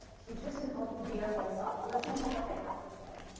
teachers can help you be your whole self listen to what they have to say.